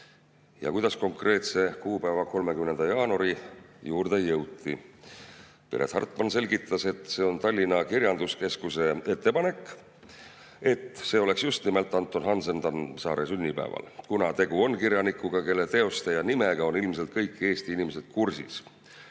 ja kuidas konkreetse kuupäeva, 30. jaanuari juurde jõuti. Piret Hartman selgitas, et see on Tallinna Kirjanduskeskuse ettepanek, et see oleks just nimelt Anton Hansen Tammsaare sünnipäeval. Kuna tegu on kirjanikuga, kelle teoste ja nimega on ilmselt kõik Eesti inimesed kursis,